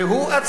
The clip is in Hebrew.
אצה לו הדרך,